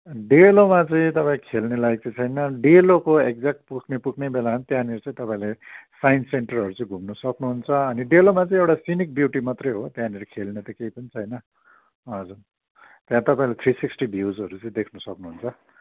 डेलोमा चाहिँ तपाईँ खेल्ने लायक चाहिँ छैन डेलोको एक्ज्याक्ट पुग्ने पुग्ने बेलामा त्यहाँनिर चाहिँ तपाईँले साइन्स सेन्टरहरू चाहिँ घुम्नु सक्नुहुन्छ अनि डेलोमा चाहिँ एउटा सिनिक ब्युटी मात्रै हो त्यहाँनिर खेल्ने त केही पनि छैन हजुर त्यहाँ तपाईँले थ्री सिक्सटी भ्युजहरू चाहिँ देख्नु सक्नुहुन्छ